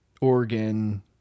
Oregon